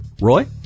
Roy